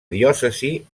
diòcesi